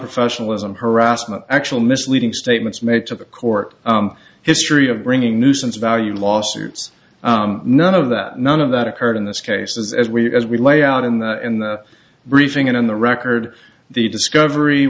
professionalism harassment actual misleading statements made to the court history of bringing nuisance value lawsuits none of that none of that occurred in this case as we as we lay out in the in the briefing and in the record the discovery